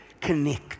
connect